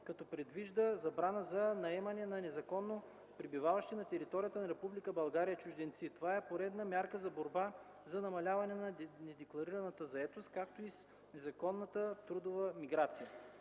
като предвижда забрана за наемане на незаконно пребиваващи на територията на Република България чужденци. Това е поредна мярка за борба за намаляване на недекларираната заетост, както и с незаконната трудова миграция.